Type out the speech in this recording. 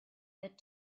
that